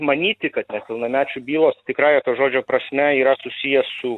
manyti kad nepilnamečių bylos tikrąja to žodžio prasme yra susiję su